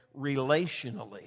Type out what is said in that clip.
relationally